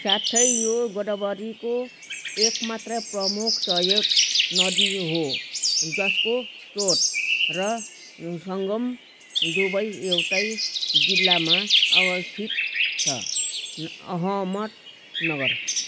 साथै यो गोदावरीको एक मात्र प्रमुख सहायक नदी हो जसको स्रोत र सङ्गम दुवै एउटै जिल्लामा अवस्थित छ अहमदनगर